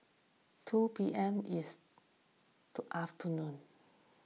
two P M is to afternoon